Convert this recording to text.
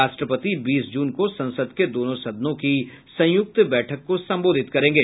राष्ट्रपति बीस जून को संसद के दोनों सदनों की संयुक्त बैठक को संबोधित करेंगे